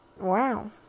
wow